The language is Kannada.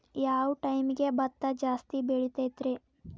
ಯಾವ ಟೈಮ್ಗೆ ಭತ್ತ ಜಾಸ್ತಿ ಬೆಳಿತೈತ್ರೇ?